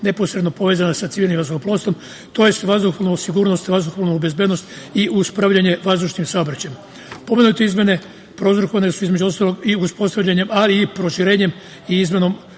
neposredno povezane sa civilnim vazduhoplovstvom, tj. vazduhoplovna sigurnost, vazduhoplovna bezbednosti i upravljanje vazdušnim saobraćajem. Pomenute izmene prouzrokovane su između ostalog, uspostavljanjem a i proširenjem i izmenom